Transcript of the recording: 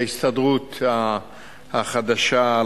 ההסתדרות החדשה,